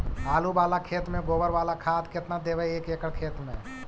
आलु बाला खेत मे गोबर बाला खाद केतना देबै एक एकड़ खेत में?